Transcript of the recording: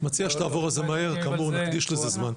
מציע שתעבור על זה מהר, כאמור נקדיש לזה זמן.